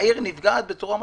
העיר נפגעת בצורה משמעותית.